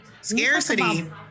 Scarcity